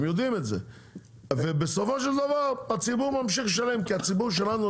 הם יודעים את זה ובסופו של דבר הציבור ממשיך לשלם כי הציבור שלנו,